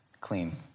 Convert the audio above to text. clean